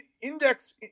index